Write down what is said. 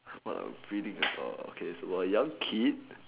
what I'm reading about okay it's about a young kid